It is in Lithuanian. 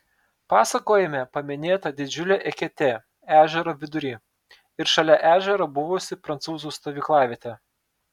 pasakojime paminėta didžiulė eketė ežero vidury ir šalia ežero buvusi prancūzų stovyklavietė